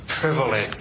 privilege